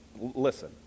listen